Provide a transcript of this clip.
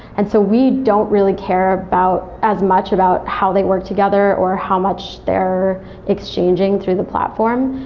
and so we don't really care about as much about how they work together, or how much they're exchanging through the platform,